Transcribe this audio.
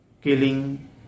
killing